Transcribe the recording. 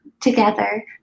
together